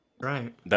Right